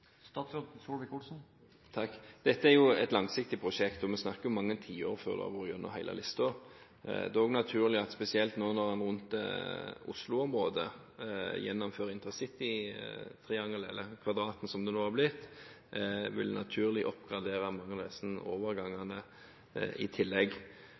Dette er et langsiktig prosjekt, og vi snakker om mange tiår før en har vært gjennom hele lista. Det er også naturlig at spesielt nå når en rundt Oslo-området gjennomfører intercitytriangelet, eller intercitykvadratet, som det nå har blitt, vil en naturlig oppgradere mange av disse overgangene i tillegg.